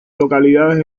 localidades